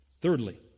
Thirdly